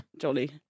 Jolly